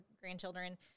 grandchildren